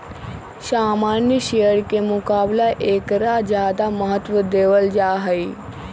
सामान्य शेयर के मुकाबला ऐकरा ज्यादा महत्व देवल जाहई